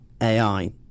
AI